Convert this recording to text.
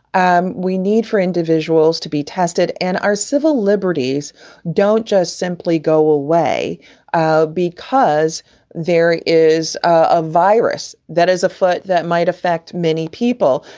um we need for individuals to be tested. and our civil liberties don't just simply go away ah because there is a virus that is afoot that might affect many people.